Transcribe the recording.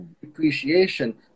depreciation